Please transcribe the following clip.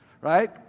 right